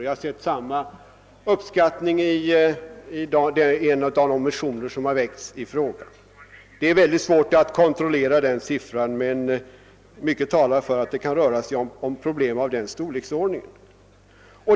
Jag har sett samma uppskattning i en av de motioner som väckts här i riksdagen. Det är svårt att kontrollera siffran, men mycket talar för att det kan röra sig om problem av den storleksordningen.